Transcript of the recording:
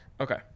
Okay